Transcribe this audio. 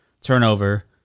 turnover